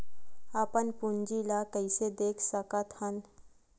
अपन पूंजी ला कइसे देख सकत हन?